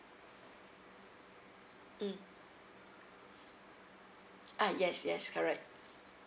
mm ah yes yes correct